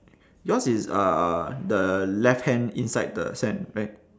yours is uh the left hand inside the sand right